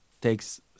takes